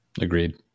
Agreed